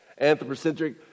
Anthropocentric